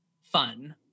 fun